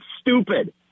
stupid